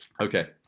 Okay